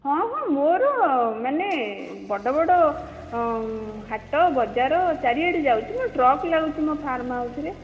ହଁ ହଁ ମୋର ମାନେ ବଡ଼ ବଡ଼ ହାଟ ବଜାର ଚାରିଆଡ଼େ ଯାଉଛି ମୋ ଟ୍ରକ୍ ଲାଗୁଛି ମୋ ଫାର୍ମ ହାଉସ୍ରେ